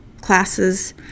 classes